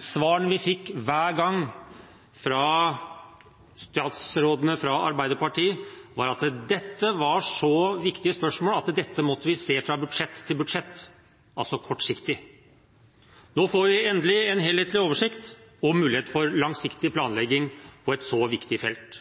svarene vi fikk hver gang fra statsrådene fra Arbeiderpartiet, var at dette var så viktige spørsmål at dette måtte vi se fra budsjett til budsjett – altså kortsiktig. Nå får vi endelig en helhetlig oversikt og mulighet for langsiktig planlegging på et så viktig felt.